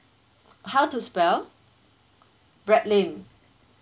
how to spell brad lim